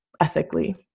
ethically